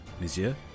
Monsieur